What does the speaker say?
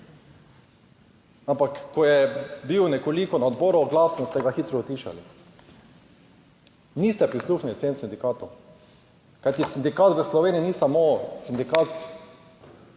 Ampak, ko je bil nekoliko na odboru glasen ste ga hitro utišali. Niste prisluhnili vsem sindikatom. Kajti sindikat v Sloveniji ni samo sindikat